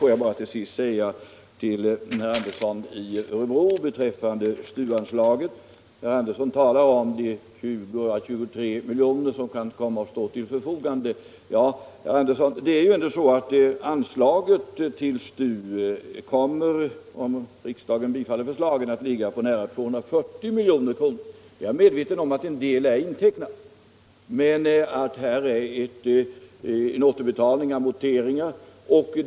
Får jag bara till sist säga några ord till herr Andersson i Örebro beträffande STU-anslaget. Herr Andersson talade om de 20 å 23 miljoner som kan komma att stå till förfogande. Det är ändå så, herr Andersson, att anslaget till STU — om riksdagen bifaller förslaget — kommer att ligga på nära 240 milj.kr. Jag är medveten om att en del är intecknat, att däri ligger återbetalningar och amorteringar.